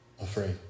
afraid